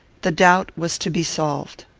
the doubt was to be solved.